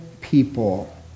people